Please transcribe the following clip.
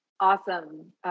awesome